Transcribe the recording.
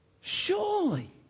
Surely